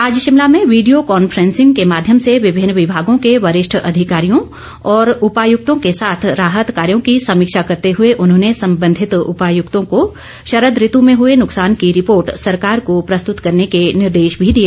आज शिमला में video conferencing के माध्यम से ॅविभिन्न विमागों के वरिष्ठ अधिकारियों और उपायुक्तों के साथ राहत कार्यो की समीक्षा करते हुए उन्होंने संबंधित उपायुक्तों को शरद ऋत में हुए नुकसान की रिपोर्ट सरकार को प्रस्तुत करने के निर्देश भी दिए